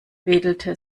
wedelte